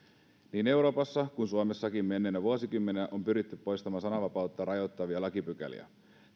niin euroopassa kuin suomessakin menneinä vuosikymmeninä on pyritty poistamaan sananvapautta rajoittavia lakipykäliä